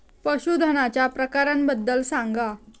पशूधनाच्या प्रकारांबद्दल सांगा